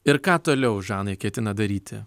ir ką toliau žanai ketinat daryti